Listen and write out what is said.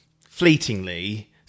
fleetingly